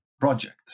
project